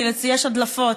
כי יש הדלפות,